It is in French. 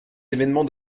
évènements